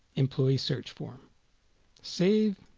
employees search form save